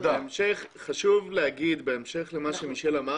בהמשך לדבריו של מישל,